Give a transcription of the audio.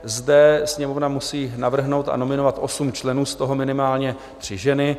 Zde Sněmovna musí navrhnout a nominovat 8 členů, z toho minimálně 3 ženy.